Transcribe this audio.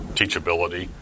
teachability